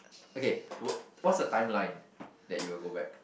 okay will what's the timeline that you will go back